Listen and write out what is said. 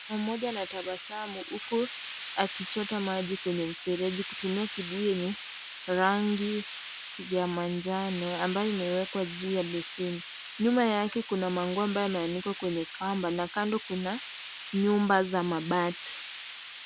Mtu mmoja anatabasamu huku akichota maji kwenye mfereji kutumia kibuyu yenye rangi ya manjano ambayo imewekwa juu ya beseni. Nyuma yake kuna manguo ambayo yameanikwa kwenye kamba na kando kuna nyumba za mabati.